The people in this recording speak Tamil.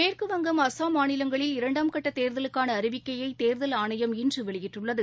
மேற்குவங்கம் அஸ்ஸாம் மாநிலங்களில் இரண்டாம் கட்ட தேர்தலுக்கான அறிவிக்கையை தேர்தல் ஆணையம் இன்று வெளியிட்டுள்ளது